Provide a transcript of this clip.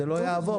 זה לא יעבור.